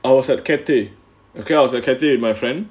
I was at cathay kind of a catch it with my friend